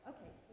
Okay